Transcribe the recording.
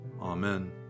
Amen